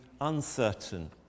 uncertain